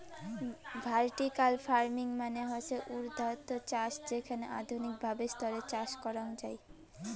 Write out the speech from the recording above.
vertical farming মানে হসে উর্ধ্বাধ চাষ যেখানে আধুনিক ভাবে স্তরে চাষ করাঙ যাই